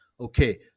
Okay